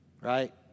Right